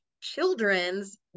Children's